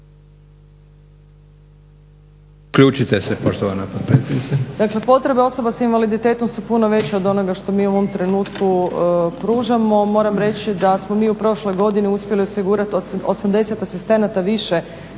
Uključite se poštovana potpredsjednice.